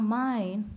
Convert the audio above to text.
mind